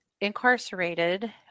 incarcerated